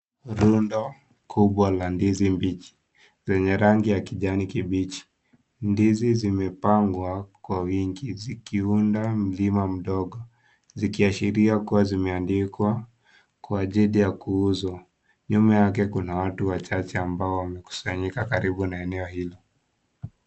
Rundo kubwa la ndizi mbichi zenye rangi ya kijani kibichi. Ndizi zimepangwa kwa wingi zikiunda mlima mdogo zikiashiria kuwa zimeanikwa kwa ajili ya kuuzwa. Nyuma yake kuna watu wachache ambao wamekusanyika karibu na eneo hilo.